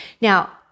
Now